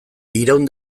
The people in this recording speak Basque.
iraun